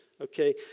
Okay